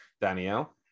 danielle